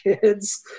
kids